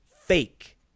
fake